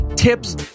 Tips